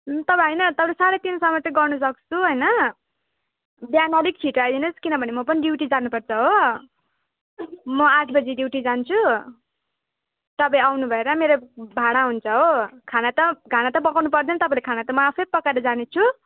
तपाईँ होइन तपाईँले साढे तिनसम्म चाहिँ गर्न सक्छु होइन बिहान अलिक छिटो आइदिनुहोस् किनभने म पनि ड्युटी जानुपर्छ हो म आठ बजे ड्युटी जान्छु